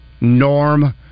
norm